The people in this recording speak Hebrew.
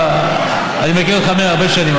מאיר, אני מכיר אותך הרבה שנים.